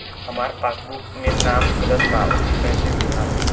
हमार पासबुक मे नाम गलत बा ओके कैसे सुधार होई?